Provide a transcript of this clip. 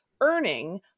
earning